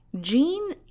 Gene